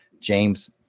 James